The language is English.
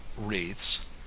wreaths